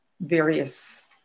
various